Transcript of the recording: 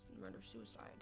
murder-suicide